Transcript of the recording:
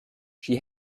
she